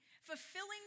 fulfilling